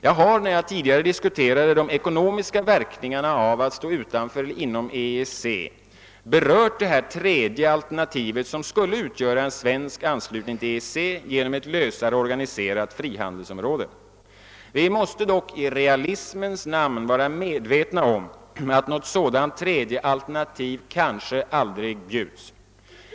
Jag har i min diskussion av de ekonomiska verkningarna av att vara inom eller utom EEC berört ett tredje alternativ, som skulle bestå av svenskanslutning till EEC genom ett lösare organiserat frihandelsområde. Vi måste dock i realismens namn vara medvetna om att något sådant tredje alternativ kanske aldrig bjuds.